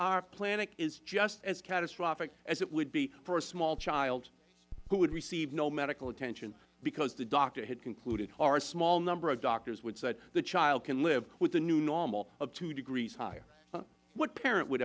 our planet is just as catastrophic as it would be for a small child who had received no medical attention because the doctor had concluded or a small number of doctors would say the child can live with the new normal of two degrees higher what parent would